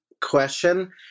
question